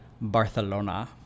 Barcelona